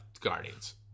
guardians